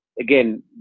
again